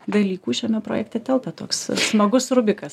dalykų šiame projekte telpa toks smagus rubikas